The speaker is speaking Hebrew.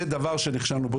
זה דבר שנכשלנו בו.